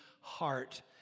heart